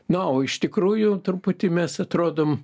na o iš tikrųjų truputį mes atrodom